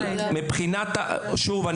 שוב,